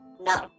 No